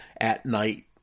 at-night